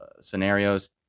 scenarios